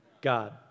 God